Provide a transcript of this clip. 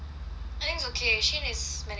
I think it's okay Shin is manageable